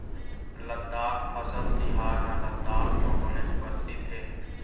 लद्दाख फसल तिहार ह लद्दाख म बनेच परसिद्ध हे